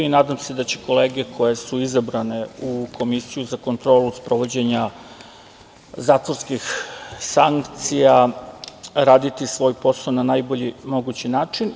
Nadam se da će kolege koje su izabrane u Komisiju za kontrolu sprovođenja zatvorskih sankcija, raditi svoj posao na najbolji mogući način.